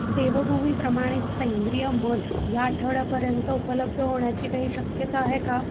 देवभूमी प्रमाणित सेंद्रिय मध ह्या आठवड्यापर्यंत उपलब्ध होण्याची काही शक्यता आहे का